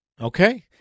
Okay